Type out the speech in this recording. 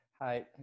Hi